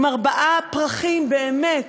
עם ארבעה פרחים, באמת,